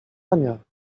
ania